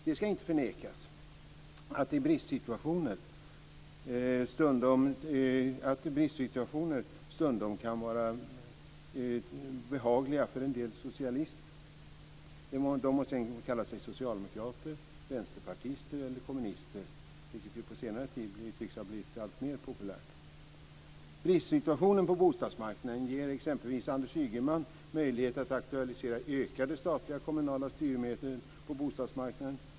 Det ska inte förnekas att bristsituationer stundom kan vara behagliga för en del socialister, de må sedan kalla sig socialdemokrater, vänsterpartister eller kommunister, vilket ju på senare tid tycks ha blivit alltmer populärt. Bristsituationen på bostadsmarknaden ger exempelvis Anders Ygeman möjlighet att aktualisera ökade statliga kommunala styrmedel på bostadsmarknaden.